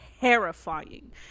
terrifying